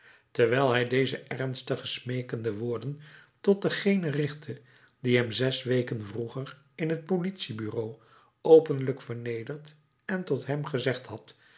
terwijl hij deze ernstige smeekende woorden tot dengene richtte die hem zes weken vroeger in t politiebureau openlijk vernederd en tot hem gezegd had